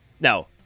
now